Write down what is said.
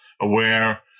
aware